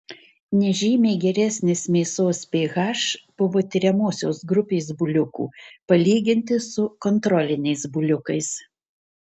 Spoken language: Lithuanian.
nežymiai geresnis mėsos ph buvo tiriamosios grupės buliukų palyginti su kontroliniais buliukais